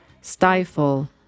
stifle